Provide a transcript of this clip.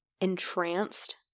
entranced